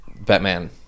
Batman